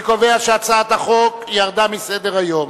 אני קובע שהצעת החוק ירדה מסדר-היום.